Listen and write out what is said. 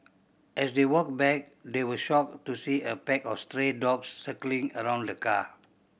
as they walked back they were shocked to see a pack of stray dogs circling around the car